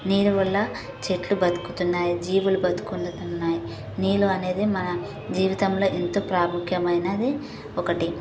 నీరు వల్ల చెట్లు బ్రతుకుతున్నాయి జీవులు బ్రతుకుతున్నాయి నీరు అనేది మన జీవితంలో ఎంతో ప్రాముక్యమైనది ఒకటి